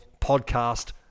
podcast